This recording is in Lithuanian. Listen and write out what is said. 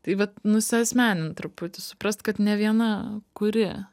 tai vat nusiasmenin truputį suprast kad ne viena kuri